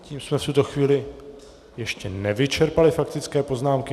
Tím jsme v tuto chvíli ještě nevyčerpali faktické poznámky.